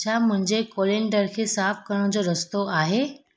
छा मुंहिंजे कौलेंडर खे साफ़ु करण जो रस्तो आहे